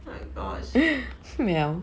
oh my gosh